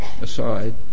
aside